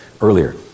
earlier